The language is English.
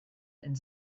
and